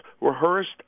rehearsed